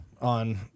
on